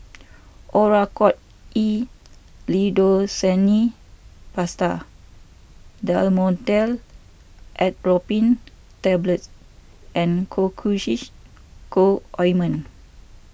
Oracort E Lidocaine Paste Dhamotil Atropine Tablets and Cocois Co Ointment